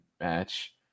match